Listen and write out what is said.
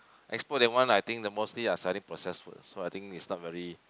Expo that one I think the mostly are selling process food so I think is not very